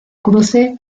cruce